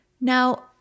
Now